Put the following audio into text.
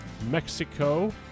Mexico